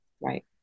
Right